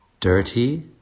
dirty